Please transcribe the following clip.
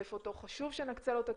שנתעדף אותו, חשוב שנקצה לו תקציבים,